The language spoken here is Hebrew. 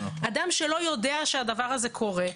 אדם שלא יודע שהדבר הזה קורה,